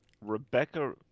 Rebecca